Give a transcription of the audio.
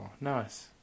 nice